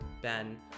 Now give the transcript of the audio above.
Ben